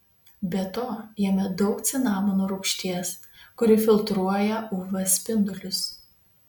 be to jame daug cinamono rūgšties kuri filtruoja uv spindulius